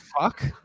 fuck